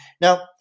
Now